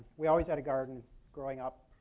we always had a garden growing up,